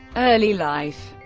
early life